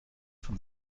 von